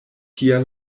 tia